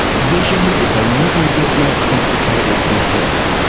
vision is a little bit more complicated than hearing.